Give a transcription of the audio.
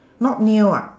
not nail ah